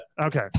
Okay